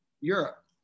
europe